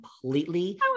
completely